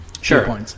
Sure